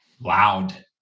loud